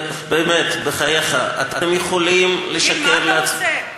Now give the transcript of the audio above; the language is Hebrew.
באמת, בחייך, אתם יכולים לשקר, תגיד, מה אתה רוצה?